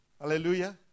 Hallelujah